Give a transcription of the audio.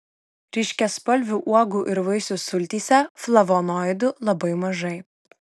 ryškiaspalvių uogų ir vaisių sultyse flavonoidų labai mažai